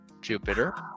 Jupiter